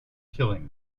killing